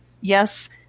yes